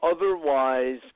otherwise